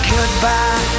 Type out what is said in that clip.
Goodbye